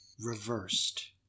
reversed